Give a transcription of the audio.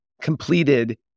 completed